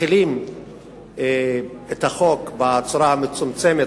מתחילים את החוק בצורה המצומצמת,